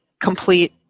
complete